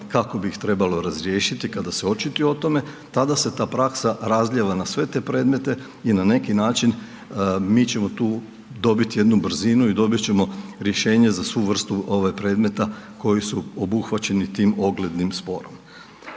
kako bi ih trebalo razriješiti kada se očituje u tome, tada se ta praksa razlijeva na sve te predmete i na neki način mi ćemo tu dobiti jednu brzinu i dobit ćemo rješenje za svu vrstu predmeta koji su obuhvaćeni tim oglednim sporom.